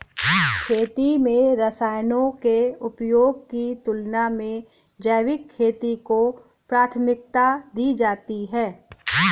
खेती में रसायनों के उपयोग की तुलना में जैविक खेती को प्राथमिकता दी जाती है